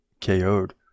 KO'd